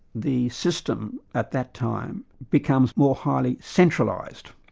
the system at that time becomes more highly centralised.